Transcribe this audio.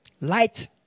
Light